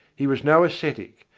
he was no ascetic,